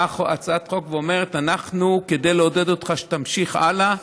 באה הצעת החוק ואומרת: כדי לעודד אותך להמשיך הלאה